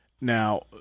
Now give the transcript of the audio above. Now